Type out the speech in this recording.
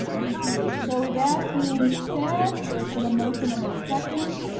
you. so that being said, there's been a motion and a second,